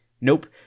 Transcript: Nope